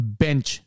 bench